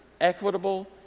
equitable